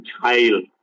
child